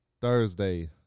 Thursday